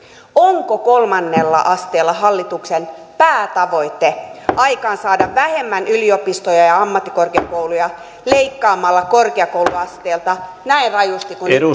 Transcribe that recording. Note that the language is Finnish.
onko kolmannella asteella hallituksen päätavoite aikaansaada vähemmän yliopistoja ja ammattikorkeakouluja leikkaamalla korkeakouluasteelta näin rajusti kuin